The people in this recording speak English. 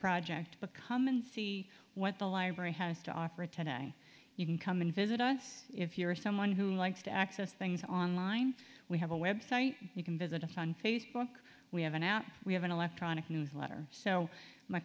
project but come and see what the library has to offer today you can come and visit us if you are someone who likes to access things online we have a website you can visit a fun facebook we have an app we have an electronic newsletter so my